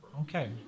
Okay